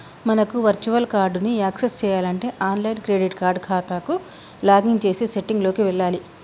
మనకు virtual card ని access చేయాలంటే ఆన్లైన్ క్రెడిట్ కార్డ్ ఖాతాకు లాగిన్ చేసి సెట్టింగ్ లోకి వెళ్లాలి